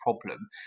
problem